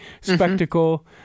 spectacle